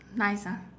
nice ah